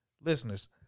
listeners